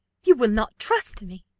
you will not trust me.